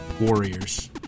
warriors